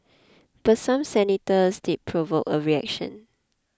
but some senators did provoke a reaction